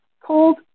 Cold